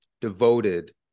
devoted